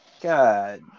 God